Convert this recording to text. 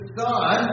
son